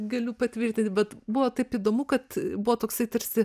galiu patvirtinti bet buvo taip įdomu kad buvo toksai tarsi